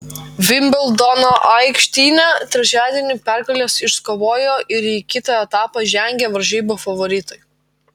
vimbldono aikštyne trečiadienį pergales iškovojo ir į kitą etapą žengė varžybų favoritai